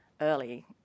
early